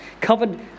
covered